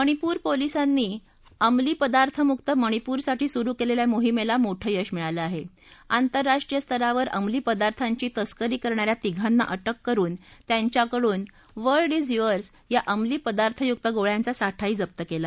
मणीपूर पोलीसांनी अमली पदार्थमुक्त मणीपूरसाठी सुरु क्लिखिा मोहीमछी मोठं यश मिळालं आह आंतरराष्ट्रीय स्तरावर अमली पदार्थांची तस्करी करणा या तिघांना अटक करुन त्याच्याकडून वल्ड ज युवर्स या अमलीपदार्थयुक्त गोळ्यांचा साठाही जप्त कला